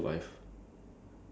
what would you do